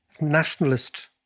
nationalist